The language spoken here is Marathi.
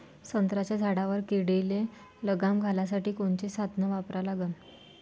संत्र्याच्या झाडावर किडीले लगाम घालासाठी कोनचे साधनं वापरा लागन?